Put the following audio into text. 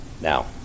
Now